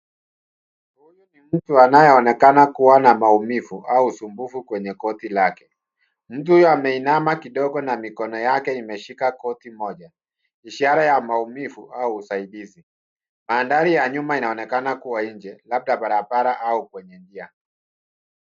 Huyu ni mtu anayeonekana kuwa na maumivu au usumbufu kwenye goti lake. Mtu huyu meinama kidogo na mikono yake imeshika goti moja, ishara ya maumivu au usaidizi. Mandhari ya nyuma inaonekana kuwa nje, labda barabara au kwenye njia.